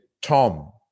Tom